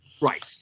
Right